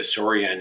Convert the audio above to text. disorienting